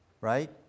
right